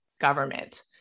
government